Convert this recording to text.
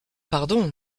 pardon